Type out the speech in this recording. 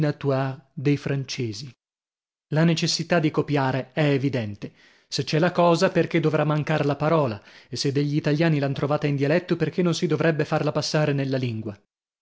dinatoire dei francesi la necessità di copiare è evidente se c'è la cosa perchè dovrà mancar la parola e se degli italiani l'han trovata in dialetto perchè non si dovrebbe farla passare nella lingua